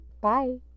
Bye